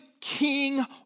king